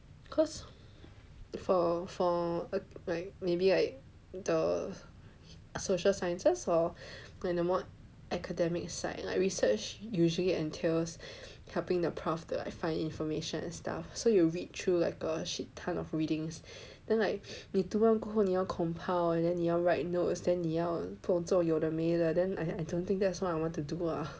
cause for for like maybe like the social sciences or like the more academic side like research usually entails helping the prof like find information and stuff so you read through like a shit ton of readings then like 你读完过后你要 compile and then 你要 write notes then 你要做有的没的 then like I don't think that's what I want to do ah